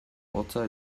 hotza